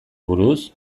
buruz